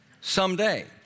Someday